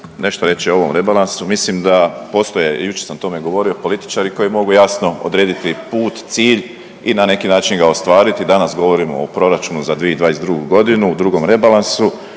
nešto reći o ovom rebalansu. Mislim da postoje, jučer sam o tome govorio, političari koji mogu jasno odrediti put, cilj i na neki način ga ostvariti. Danas govorimo o proračunu za 2022. godinu, drugom rebalansu